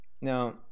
now